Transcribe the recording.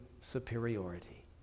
superiority